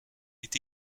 est